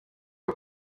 uko